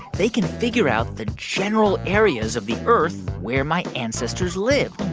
they can figure out the general areas of the earth where my ancestors lived